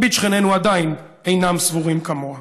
מרבית שכנינו עדיין אינם סבורים כמוה.